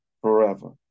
forever